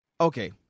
okay